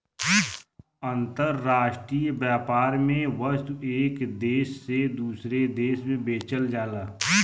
अंतराष्ट्रीय व्यापार में वस्तु एक देश से दूसरे देश में बेचल जाला